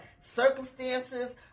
circumstances